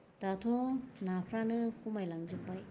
दाथ' नाफ्रानो खमायलांजोब्बाय